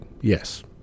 yes